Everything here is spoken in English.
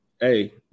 hey